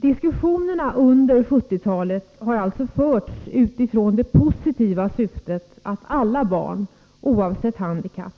Diskussionerna under 1970-talet har alltså förts utifrån det positiva syftet att alla barn, oavsett handikapp,